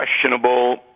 questionable